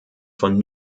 von